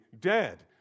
dead